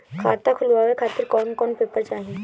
खाता खुलवाए खातिर कौन कौन पेपर चाहीं?